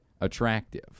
attractive